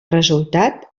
resultat